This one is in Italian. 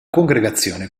congregazione